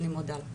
אני מודה.